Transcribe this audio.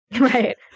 Right